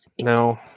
no